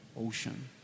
ocean